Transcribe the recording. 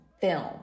film